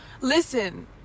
Listen